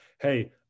Hey